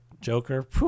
joker